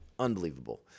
Unbelievable